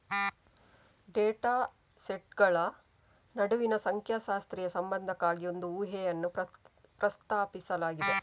data ಸೆಟ್ಗಳ ನಡುವಿನ ಸಂಖ್ಯಾಶಾಸ್ತ್ರೀಯ ಸಂಬಂಧಕ್ಕಾಗಿ ಒಂದು ಊಹೆಯನ್ನು ಪ್ರಸ್ತಾಪಿಸಲಾಗಿದೆ